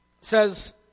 says